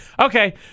Okay